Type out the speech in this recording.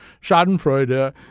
Schadenfreude